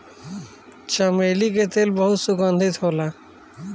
चमेली के तेल बहुत सुगंधित होला